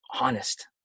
honest